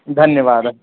धन्यवादः